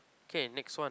K next one